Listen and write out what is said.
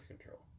control